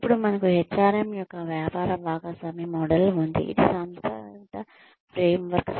ఇప్పుడు మనకు HRM యొక్క వ్యాపార భాగస్వామి మోడల్ ఉంది ఇది సంభావిత ఫ్రేమ్వర్క్